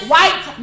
White